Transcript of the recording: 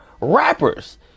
rappers